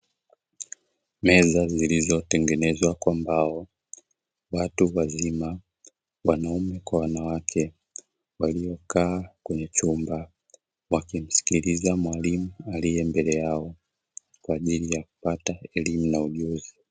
Meza zilizotengenezwa kwa mbao watu wazima wanaume kwa wanawake waliokaa kwenye chumba wakimsikiliza mwalimu aliye mbele yao kwa ajili ya kupata elimu na ujuzi.